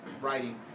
writing